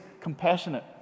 compassionate